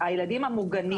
הילדים המוגנים.